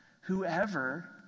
Whoever